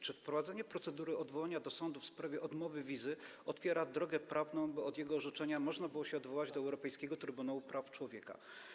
Czy wprowadzenie procedury odwołania do sądu w sprawie odmowy wizy otwiera drogę prawną, tak by od jego orzeczenia można było się odwołać do Europejskiego Trybunału Praw Człowieka?